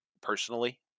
personally